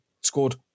scored